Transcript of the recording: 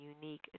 unique